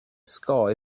sky